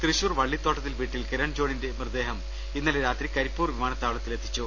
തൃശൂർ വള്ളിത്തോട്ടത്തിൽ വീട്ടിൽ കിരൺ ജോണിയുടെ മൃതദേഹം ഇന്നലെ രാത്രി കരിപ്പൂർ വിമാനത്താവളത്തിലെ ത്തിച്ചു